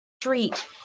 street